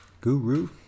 Guru